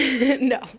no